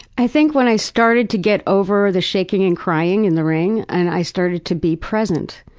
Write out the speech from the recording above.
i think when i started to get over the shaking and crying in the ring and i started to be present.